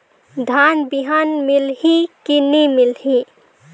धान बिहान मिलही की नी मिलही?